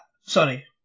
Sorry